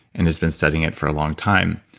and he's been studying it for a long time.